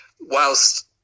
whilst